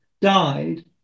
died